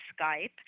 Skype